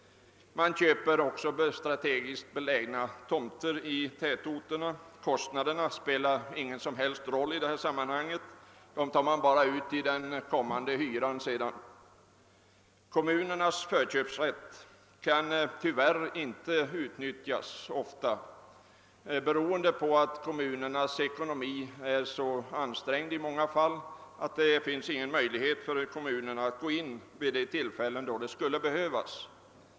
De köper också strategiskt belägna tomter i tätorterna, och priset spelar då inte någon som helst roll, eftersom kostnaderna sedan tas ut på hyrorna. Kommunernas förköpsrätt kan tyvärr ofta inte utnyttjas, beroende på att deras ekonomi i många fall är så ansträngd att det inte finns någon möjlighet att ingripa vid de tillfällen då det skulle behövas.